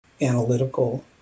analytical